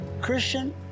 Christian